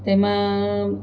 તેમાં